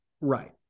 right